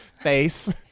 face